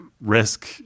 risk